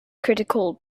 critical